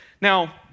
Now